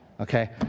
okay